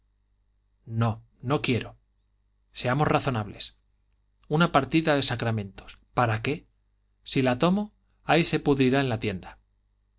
no no quiero seamos razonables una partida de sacramentos para qué si la tomo ahí se pudrirá en la tienda